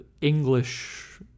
English